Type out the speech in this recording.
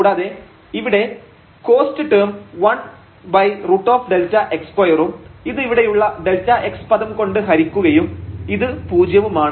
കൂടാതെ ഇവിടെ cost term 1√Δx2 ഉം ഇത് ഇവിടെയുള്ള Δx പദം കൊണ്ട് ഹരിക്കുകയും ഇത് പൂജ്യവുമാണ്